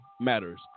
matters